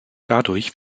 dadurch